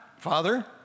Father